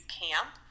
camp